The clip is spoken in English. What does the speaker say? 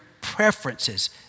preferences